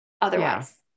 otherwise